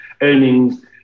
earnings